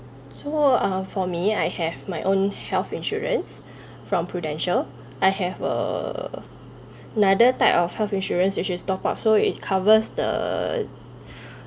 so uh for me I have my own health insurance from Prudential I have err another type of health insurance which is top up so it covers the